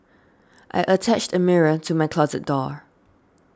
I attached a mirror to my closet door